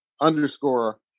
underscore